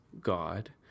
God